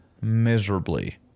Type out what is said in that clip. miserably